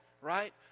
right